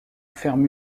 ferme